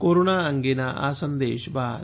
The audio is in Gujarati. કોરોના અંગેના આ સંદેશ બાદ